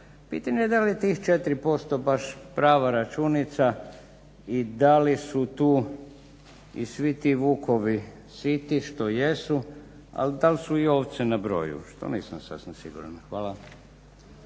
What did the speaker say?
Pitanje je da li je tih 4% baš prava računica i da li su tu i svi ti vukovi, svi ti što jesu, ali dal su i ovce na broju, što nisam sasvim siguran. Hvala.